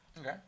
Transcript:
Okay